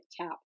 tap